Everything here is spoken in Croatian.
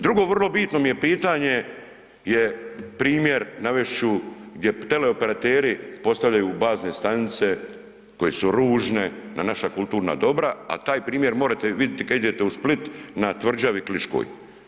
Drugo, vrlo bitno mi je pitanje je primjer navest ću gdje teleoperateri postavljaju bazne stanice koje su ružne na naša kulturna dobra, a taj primjer morete viditi kad idete u Split na tvrđavi kliškoj.